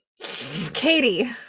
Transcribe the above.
Katie